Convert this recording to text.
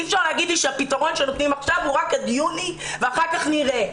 אי אפשר להגיד לי שהפתרון שנותנים עכשיו הוא רק עד יוני ואחר כך נראה.